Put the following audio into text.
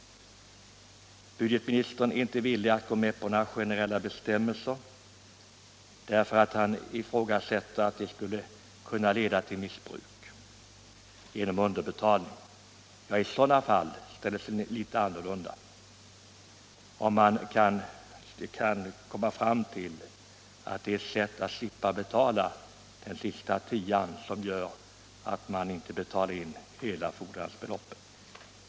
Budgetministern är inte villig att gå med på några generella bestämmelser, eftersom han ifrågasätter om de inte skulle kunna leda till missbruk genom underbetalning. Ja, i sådana fall ställer sig saken naturligtvis annorlunda, om man kommer till slutsatsen att det kan vara ett sätt att slippa betala den sista tian och att det gör att hela fordringsbeloppet inte tas upp.